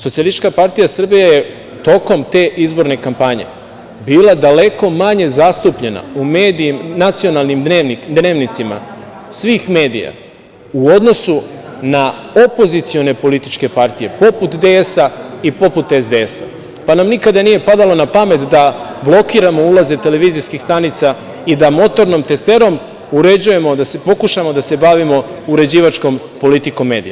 Socijalistička partija Srbije je tokom te izborne kampanje bila daleko manje zastupljena na "Nacionalnim dnevnicima" svih medija u odnosu na opozicione političke partije, poput DS i poput SDS, pa nam nikada nije palo na pamet da blokiramo ulaze televizijskih stanica i da motornom testerom uređujemo da pokušamo da se bavimo uređivačkom politikom medija.